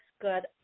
good